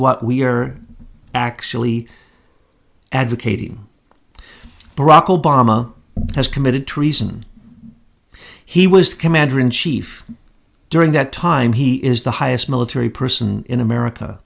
what we are actually advocating barack obama has committed treason he was commander in chief during that time he is the highest military person in america